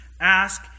ask